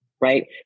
right